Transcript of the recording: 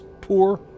poor